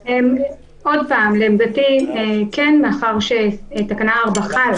לעמדתי כן מאחר שתקנה 4 חלה,